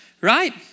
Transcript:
right